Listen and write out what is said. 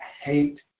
hate